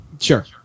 Sure